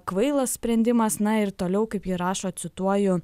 kvailas sprendimas na ir toliau kaip ji rašo cituoju